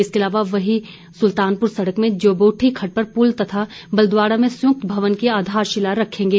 इसके अलावा बही सुलतानपुर सड़क में जबोठी खड़ड पर पुल तथा बलद्वाड़ा में संयुक्त भवन की आधारशिला रखेंगे